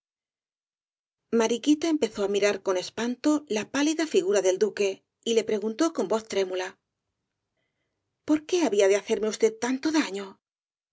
mariquita empezó á mirar con espanto la pálida figura del duque y le preguntó con voz trémula por qué había de hacerme usted tanto daño